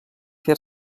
fer